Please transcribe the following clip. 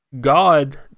God